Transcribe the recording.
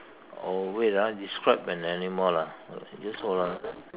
oh wait ah describe an animal lah just hold on